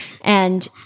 and-